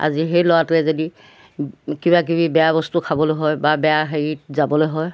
আজি সেই ল'ৰাটোৱে যদি কিবাকিবি বেয়া বস্তু খাবলৈ হয় বা বেয়া হেৰিত যাবলৈ হয়